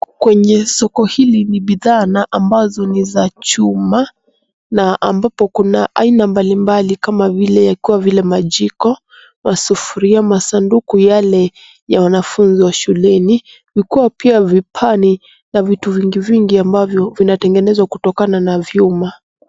Kwenye soko hili ni bidhaa na amabazo ni za chuma na ambapo kuna aina mbalimbali kama vile majiko, masufuria ,masanduku yale ya wanafunzi wa shuleni ,vikiwa pia vipani na vitu vingivingi ambavyo vinatengenezwa kutokana na vyuma.